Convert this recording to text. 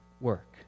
work